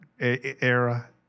era